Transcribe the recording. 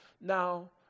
Now